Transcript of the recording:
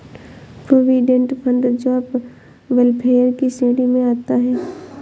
provident fund job welfare की श्रेणी में आता है